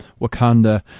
Wakanda